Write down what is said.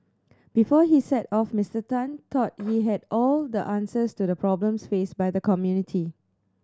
before he set off Mister Tan thought he had all the answers to the problems faced by the community